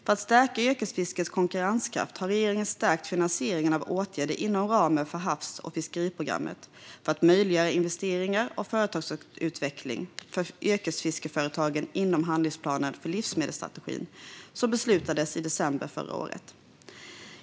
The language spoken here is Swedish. För att stärka yrkesfiskets konkurrenskraft har regeringen stärkt finansieringen av åtgärder inom ramen för havs och fiskeriprogrammet för att möjliggöra investeringar och företagsutveckling för yrkesfiskeföretagen inom handlingsplanen för livsmedelsstrategin, som beslutades i december förra året.